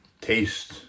taste